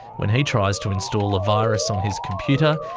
when he tries to install a virus on his computer,